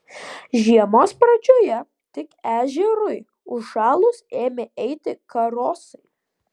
žiemos pradžioje tik ežerui užšalus ėmę eiti karosai